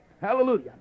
Hallelujah